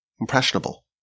impressionable